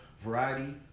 variety